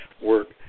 work